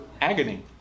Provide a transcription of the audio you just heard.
agony